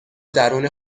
درون